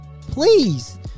Please